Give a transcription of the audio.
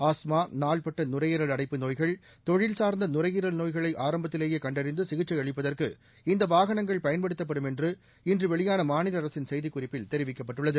asthma நாள்பட்ட நுரையீரல் அடைப்பு நோய்கள் தொழில் சார்ந்த நுரையீரல் நோய்களை ஆரம்பத்திலேயே கண்டறிந்து சிகிச்சை அளிப்பதற்கு இந்த வாகனங்கள் பயன்படுத்தப்படும் என்று இன்று வெளியான மாநில அரசின் செய்திக் குறிப்பில் தெரிவிக்கப்பட்டுள்ளது